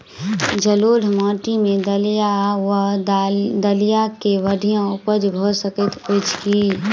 जलोढ़ माटि मे दालि वा दालि केँ बढ़िया उपज भऽ सकैत अछि की?